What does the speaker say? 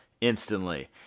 instantly